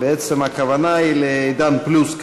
בעצם הכוונה היא ל"עידן פלוס",